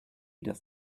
doth